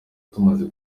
tumaze